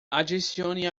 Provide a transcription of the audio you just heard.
adicione